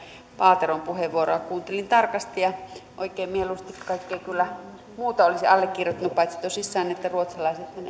paateron puheenvuoroa kuuntelin tarkasti ja oikein mieluusti kaiken muun kyllä olisin allekirjoittanut paitsi tosissaan ruotsalaisethan eivät